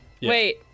Wait